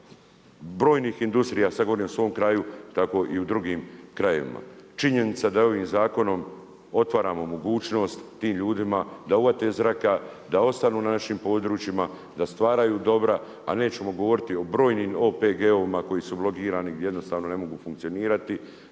brojnih industrija, sad govorimo o svom kraju, tako i u drugim krajevima. Činjenica da ovim zakonom otvaramo mogućnost tim ljudima da uhvate zraka, ostanu na našim područjima, da stvaraju dobra, a nećemo govoriti o brojnim OPG-ovima koji su blokirani, jednostavno ne mogu funkcionirati,